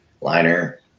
liner